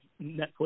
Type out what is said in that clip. Netflix